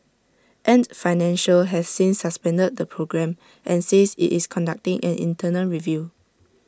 ant financial has since suspended the programme and says IT is conducting an internal review